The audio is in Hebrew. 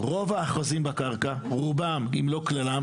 שרוב האוחזים בקרקע רובם אם לא כללם